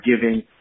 giving –